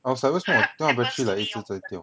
I was like 为什么那个 battery like 一直在掉